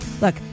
Look